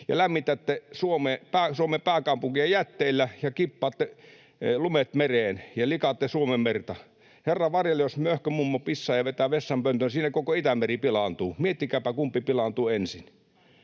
ja lämmitätte Suomen pääkaupunkia jätteillä ja kippaatte lumet mereen ja likaatte Suomen merta. Herra varjele, jos Möhkön mummo pissaa ja vetää vessanpöntön, niin siinä koko Itämeri pilaantuu. Miettikääpä kumpi pilaantuu ensin.